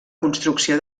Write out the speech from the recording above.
construcció